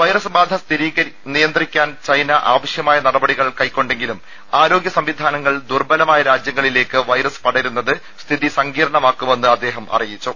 virus ബാധ നിയന്ത്രിക്കാൻ China ആവശ്യമായ നടപടികൾ കൈക്കൊണ്ടെങ്കിലും ആരോഗ്യ സംവിധാനങ്ങൾ ദുർബലമായ രാജ്യങ്ങളിലേക്ക് വൈറസ് പടരുന്നത് സ്ഥിതി സങ്കീർണമാക്കുമെന്ന് അദ്ദേഹം അറിയിച്ചു